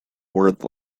word